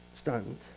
Stunned